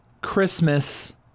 Christmas